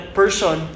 person